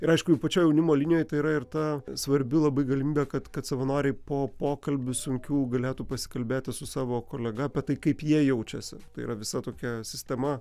ir aišku jau pačioj jaunimo linijoj tai yra ir ta svarbi labai galimybė kad kad savanoriai po pokalbių sunkių galėtų pasikalbėti su savo kolega apie tai kaip jie jaučiasi tai yra visa tokia sistema